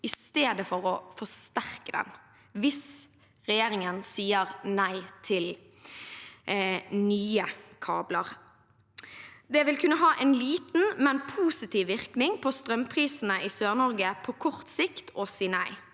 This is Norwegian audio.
i stedet for å forsterke den, hvis regjeringen sier nei til nye kabler. Det vil kunne ha en liten, men positiv virkning på strømprisene i Sør-Norge på kort sikt å si nei.